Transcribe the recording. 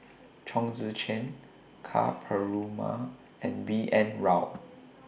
Chong Tze Chien Ka Perumal and B N Rao